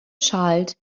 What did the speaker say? child